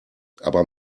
aber